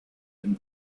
and